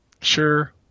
Sure